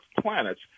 planets